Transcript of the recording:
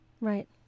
right